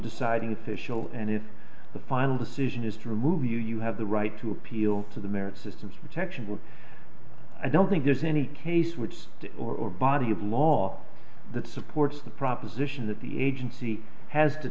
deciding fishel and if the final decision is to remove you you have the right to appeal to the merit system's rejection but i don't think there's any case which is or body of law that supports the proposition that the agency has to